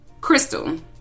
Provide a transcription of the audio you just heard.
Crystal